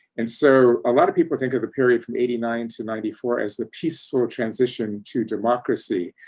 and so a lot of people think of the period from eighty nine to ninety four, as the peaceful transition to democracy.